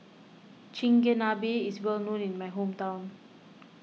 Chigenabe is well known in my hometown